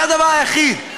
זה הדבר היחיד.